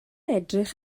edrych